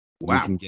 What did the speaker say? Wow